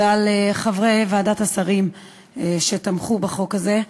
ולחברי ועדת השרים שתמכו בחוק הזה.